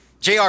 JR